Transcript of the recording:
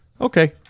okay